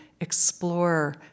explore